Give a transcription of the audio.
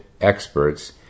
experts